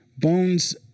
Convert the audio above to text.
Bones